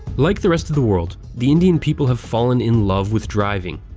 like the rest of the world, the indian people have fallen in love with driving.